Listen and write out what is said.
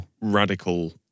radical